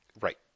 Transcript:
right